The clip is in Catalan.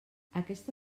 aquesta